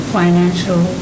financial